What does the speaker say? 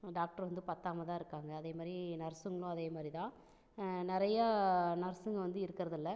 doctor வந்து பத்தாமல் தான் இருக்காங்க அதே மாதிரி நர்ஸுங்களும் அதே மாதிரி தான் நிறையா நர்ஸுங்க வந்து இருக்குறதுல்லை